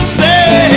say